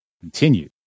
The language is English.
continue